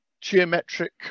geometric